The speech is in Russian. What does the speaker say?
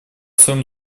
своем